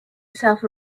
itself